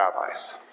rabbis